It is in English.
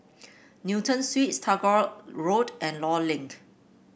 Newton Suites Tagore Road and Law Link